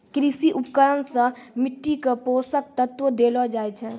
कृषि उपकरण सें मिट्टी क पोसक तत्व देलो जाय छै